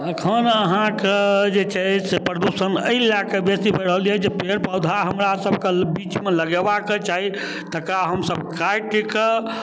एखन अहाँके जे छै से प्रदूषण एहि लऽ कऽ बेसी बढ़ल अइ जे पेड़ पौधा हमरा सबके बीचमे लगेबाके चाही तकरा हमसब काटिकऽ